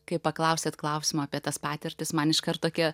kai paklausėt klausimo apie tas patirtis man iškart tokie